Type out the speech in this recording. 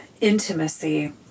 intimacy